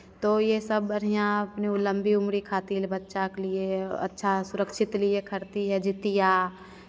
तो ये सब बढ़ियाँ अपनी वो लम्बी उम्र खातिर बच्चा के लिए अच्छा सुरक्षित के लिए वे करती है जितिया